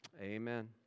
amen